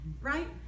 Right